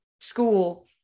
school